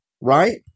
right